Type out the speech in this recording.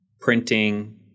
printing